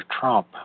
Trump